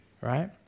right